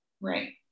Right